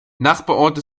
nachbarorte